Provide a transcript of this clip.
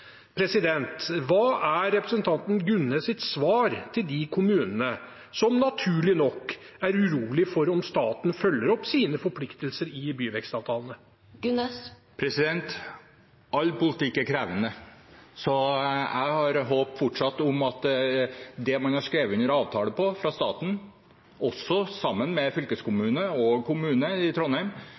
Hva er representanten Gunnes sitt svar til de kommunene som naturlig nok er urolige for om staten følger opp sine forpliktelser i byvekstavtalene? All politikk er krevende. Jeg har fortsatt håp om at man med den avtalen man har skrevet under på, staten sammen med fylkeskommunen og kommunene i